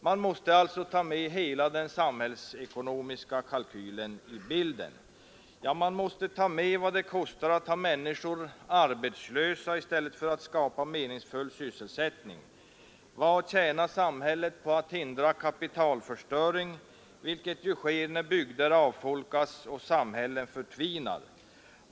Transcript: Man måste alltså i bilden ta med hela den samhällsekonomiska kalkylen. Man måste ta med vad det kostar att ha människor arbetslösa i stället för att skapa meningsfylld sysselsättning för dem, vad samhället tjänar på att hindra kapitalförstöring — vilket blir följden när bygder avfolkas och samhällen förtvinar.